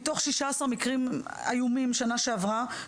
מתוך 16 מקרים איומים בשנה שעברה,